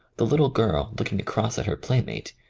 the little girl looking across at her playmate,